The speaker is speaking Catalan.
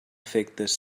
efectes